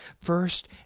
first